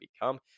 become